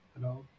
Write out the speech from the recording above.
Hello